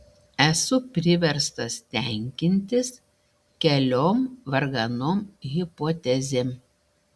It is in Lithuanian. esu priverstas tenkintis keliom varganom hipotezėm